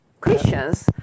Christians